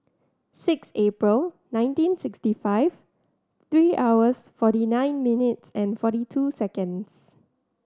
six April nineteen sixty five three hours forty nine minutes and forty two seconds